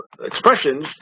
expressions